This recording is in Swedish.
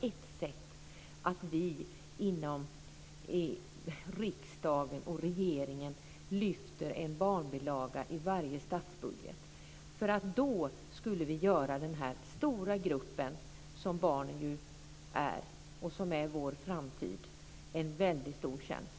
Om vi inom riksdagen och regeringen lyfter fram en barnbilaga i varje statsbudget skulle vi göra den stora grupp som barnen utgör, och som är vår framtid, en väldigt stor tjänst.